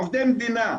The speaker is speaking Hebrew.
עובדי מדינה,